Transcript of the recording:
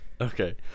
Okay